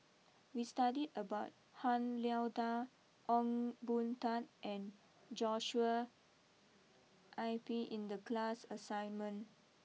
we studied about Han Lao Da Ong Boon Tat and Joshua I P in the class assignment